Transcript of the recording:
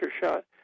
shot